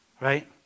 Right